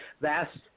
Vast